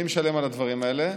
מי משלם על הדברים האלה?